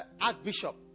Archbishop